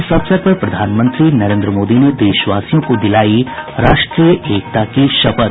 इस अवसर पर प्रधानमंत्री नरेंद्र मोदी ने देशवासियों को दिलाई राष्ट्रीय एकता की शपथ